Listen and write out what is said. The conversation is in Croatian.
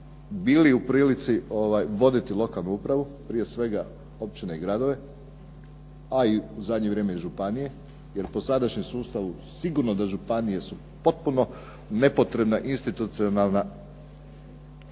bili u prilici voditi lokalnu upravu. Prije svega općine i gradove, a i u zadnje vrijeme i županije. Jer po sadašnjem sustavu sigurno da županije su potpuno nepotrebna institucionalna,